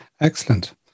Excellent